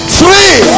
three